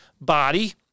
body